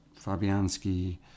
Fabianski